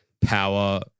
power